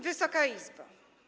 Wysoka Izbo!